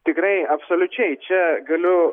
tikrai absoliučiai čia galiu